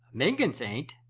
mingotts ain't.